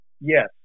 Yes